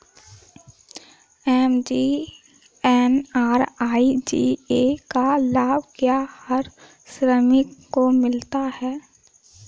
MGNREGA का लाभ क्या हर श्रमिक को मिलता है?